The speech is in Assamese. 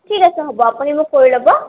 ঠিক আছে হ'ব আপুনি মোক কৰি ল'ব